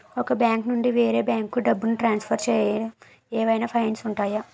ఒక బ్యాంకు నుండి వేరే బ్యాంకుకు డబ్బును ట్రాన్సఫర్ ఏవైనా ఫైన్స్ ఉంటాయా?